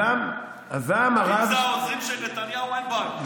הזעם הרב, אם זה העוזרים של נתניהו, אין בעיה.